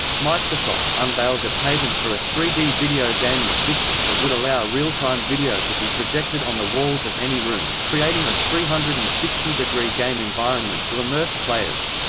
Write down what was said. microsoft unveils a patent for a three d video gaming system that would allow real-time video to be projected on the walls of any room, creating a three hundred and sixty degree game environment to immerse players.